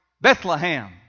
Bethlehem